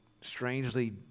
strangely